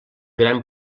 gran